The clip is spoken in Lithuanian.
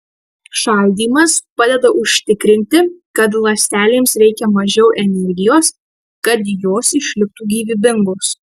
šaldymas padeda užtikrinti kad ląstelėms reikia mažiau energijos kad jos išliktų gyvybingos